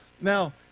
Now